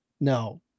no